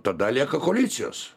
tada lieka koalicijos